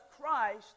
Christ